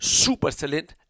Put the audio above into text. supertalent